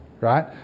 right